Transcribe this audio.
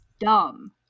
dumb